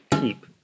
keep